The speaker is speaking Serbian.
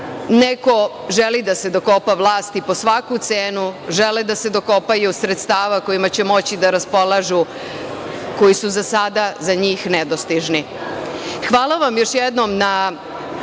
neko želi da se dokopa vlasti po svaku cenu, žele da se dokopaju sredstava kojima će moći da raspolažu, koji su za sada za njih nedostižni. Hvala